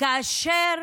כאשר